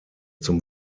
zum